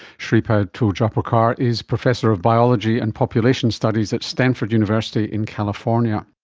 shripad tuljapurkar is professor of biology and population studies at stanford university in california